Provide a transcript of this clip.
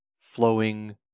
flowing